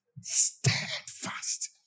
Steadfast